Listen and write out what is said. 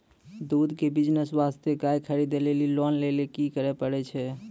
दूध के बिज़नेस वास्ते गाय खरीदे लेली लोन लेली की करे पड़ै छै?